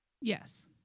Yes